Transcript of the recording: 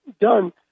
done